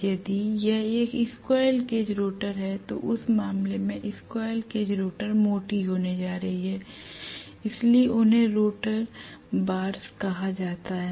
यदि यह एक स्क्वीररेल केज रोटर है तो उस मामले में स्क्वीररेल केज रोटर मोटी होने जा रही है इसलिए उन्हें रोटर बारस कहा जाता है